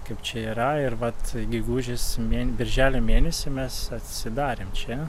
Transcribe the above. kaip čia yra ir vat gegužis mėn birželio mėnesį mes atsidarėm čia